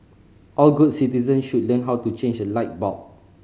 all good citizen should learn how to change a light bulb